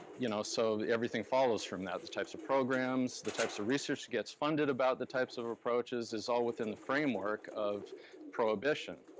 you know so everything follows from that. the types of programs, the types of research that gets funded about the types of approaches is all within the framework of prohibition.